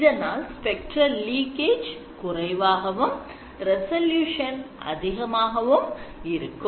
இதனால் spectral leakage குறைவாகவும் resolution அதிகமாகவும் இருக்கும்